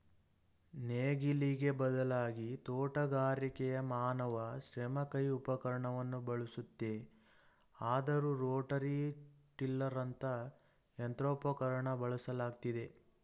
ನೇಗಿಲಿಗೆ ಬದಲಾಗಿ ತೋಟಗಾರಿಕೆಯು ಮಾನವ ಶ್ರಮ ಕೈ ಉಪಕರಣವನ್ನು ಬಳಸುತ್ತೆ ಆದರೂ ರೋಟರಿ ಟಿಲ್ಲರಂತ ಯಂತ್ರೋಪಕರಣನ ಬಳಸಲಾಗ್ತಿದೆ